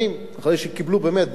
אחרי שקיבלו בלירה,